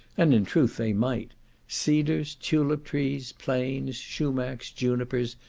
and in truth they might cedars, tulip-trees, planes, shumacs, junipers,